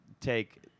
take